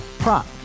Prop